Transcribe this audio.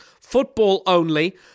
Football-only